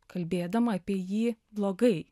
kalbėdama apie jį blogai